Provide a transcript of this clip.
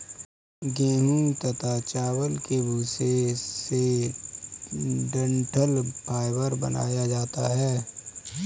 गेहूं तथा चावल के भूसे से डठंल फाइबर बनाया जाता है